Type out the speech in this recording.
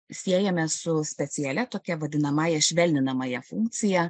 siejame su specialia tokia vadinamąja švelninamąja funkcija